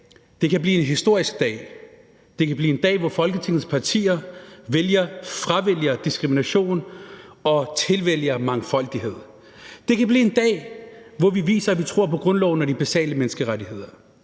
Det kan blive en historisk dag. Det kan blive en dag, hvor Folketingets partier fravælger diskrimination og tilvælger mangfoldighed. Det kan blive en dag, hvor vi viser, at vi tror på grundloven og de basale menneskerettigheder.